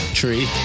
tree